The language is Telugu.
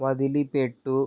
వదిలిపెట్టు